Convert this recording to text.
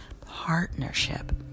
Partnership